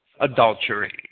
adultery